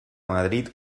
madrid